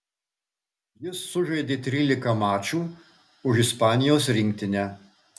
jis sužaidė trylika mačų už ispanijos rinktinę